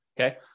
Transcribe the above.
Okay